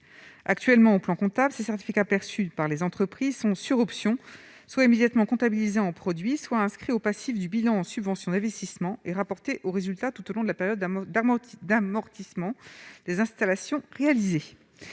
Actuellement, sur le plan comptable, les CEE perçus par les entreprises sont, sur option, soit immédiatement comptabilisés en produit, soit inscrits au passif du bilan en subvention d'investissement et rapportés au résultat tout au long de la période d'amortissement des installations réalisées.